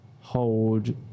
hold